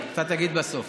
אתה תגיד בסוף.